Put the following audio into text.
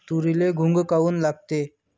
तुरीले घुंग काऊन लागते?